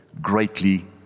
greatly